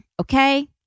Okay